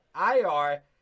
IR